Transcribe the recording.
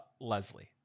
leslie